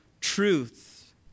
truth